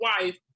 wife